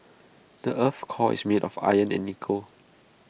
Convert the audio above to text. the Earth's core is made of iron and nickel